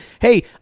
hey